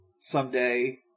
someday